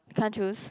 can't choose